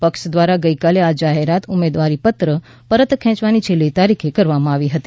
પક્ષ દ્વારા ગઇકાલે આ જાહેરાત ઉમેદવારીપત્ર પરત ખેંચવાની છેલ્લી તારીખે કરવામાં આવી હતી